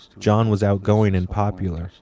john was outgoing and popular.